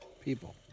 people